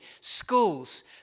schools